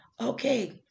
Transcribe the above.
Okay